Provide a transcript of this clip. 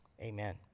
Amen